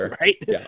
right